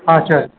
ಹಾಂ ಸರಿ